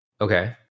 okay